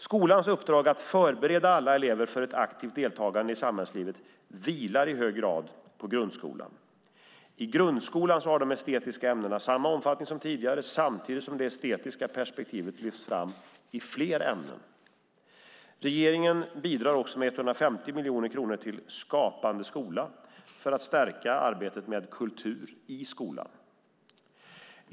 Skolans uppdrag att förbereda alla elever för ett aktivt deltagande i samhällslivet vilar i hög grad på grundskolan. I grundskolan har de estetiska ämnena samma omfattning som tidigare samtidigt som det estetiska perspektivet lyfts fram i fler ämnen. Regeringen bidrar också med 150 miljoner kronor till Skapande skola för att stärka arbetet med kultur i skolan.